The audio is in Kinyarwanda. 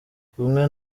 kumwe